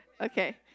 Okay